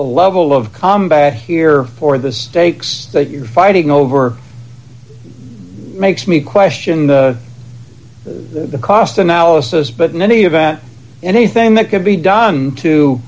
the level of combat here for the stakes that you're fighting over makes me question the cost analysis but in any event anything that can be done to